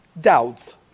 doubts